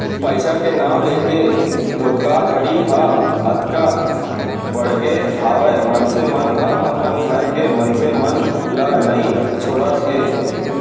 पइसा के नांव लेके धोखाघड़ी ह अतका बड़गे हावय मनसे मन ह अपन घर के मनसे मन ल नइ छोड़त हे